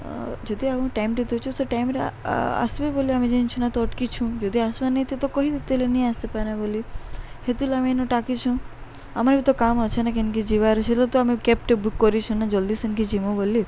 ଆଉ ଯଦି ଆଉ ଟାଇମଟି ଦଉଛୁ ସେ ଟାଇମରେ ଆସିବି ବୋଲି ଆମେ ଜିନଛୁଁ ନା ତ ଅଟକିଛୁଁ ଯଦି ଆସବାରାଇ ତ ତ କହିଦିତେ ନିଁ ଆସିପାରମେଁ ବୋଲି ହେଲେ ଆମେ ଏଇନୁ ଡାକିଛୁ ଆମର ବି ତ କାମ ଅଛେ ନା କେନ୍କି ଯିବାର ସେଲାଗିଁ ତ ଆମେ କ୍ୟାବ୍ଟେ ବୁକ୍ କରିଛୁ ନା ଜଲ୍ଦି ସେନକି ଯିମୁ ବୋଲି